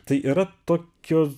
tai yra tokios